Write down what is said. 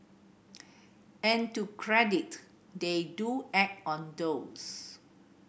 and to credit they do act on those